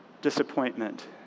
disappointment